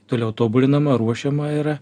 toliau tobulinama ruošiama yra